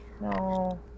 No